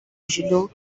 judo